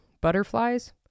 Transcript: butterflies